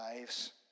lives